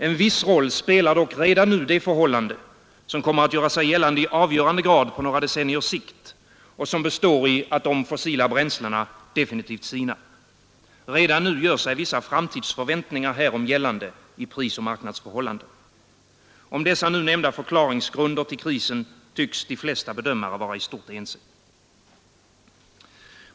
En viss roll spelar dock redan nu det förhållande som kommer att göra sig gällande i avgörande grad på några decenniers sikt och som består i att de fossila bränslena definitivt sinar. Redan nu gör sig vissa framtidsförväntningar härom gällande i prisoch marknadsförhållandena. Om de nu nämnda förklaringsgrunderna till krisen tycks de flesta bedömare vara i stort ense.